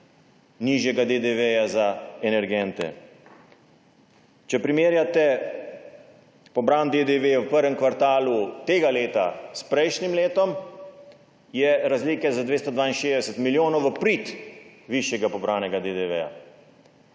nižjega DDV za energente. Če primerjate pobran DDV v prvem kvartalu tega leta s prejšnjim letom, je razlike za 262 milijonov v prid višjega pobranega DDV.